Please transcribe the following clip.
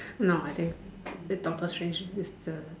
no I didn't the doctor strange is the